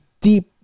deep